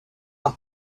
leur